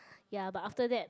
ya but after that